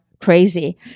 Crazy